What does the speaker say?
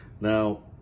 Now